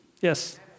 Yes